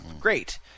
great